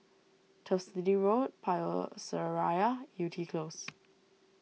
Turf City Road Power Seraya Yew Tee Close